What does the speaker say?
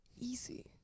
easy